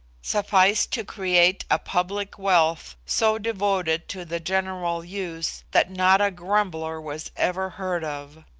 sufficed to create a public-wealth so devoted to the general use that not a grumbler was ever heard of.